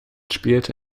spielte